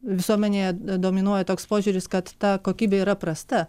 visuomenėje dominuoja toks požiūris kad ta kokybė yra prasta